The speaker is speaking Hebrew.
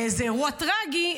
זה אירוע טרגי,